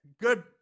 good